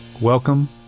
Welcome